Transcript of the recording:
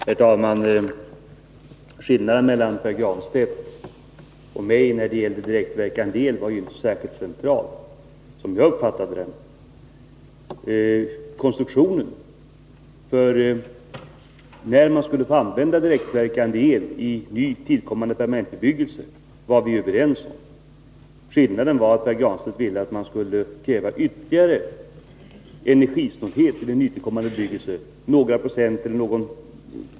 Herr talman! Det var inte någon central skillnad mellan Pär Granstedts och min uppfattning i fråga om direktverkande el, som jag uppfattar det. Förutsättningarna för när man skulle få använda direktverkande el i nytillkommande permanentbebyggelse var vi överens om. Skillnaden var att Pär Granstedt ville att man skulle kräva ytterligare energisnålhet för denna.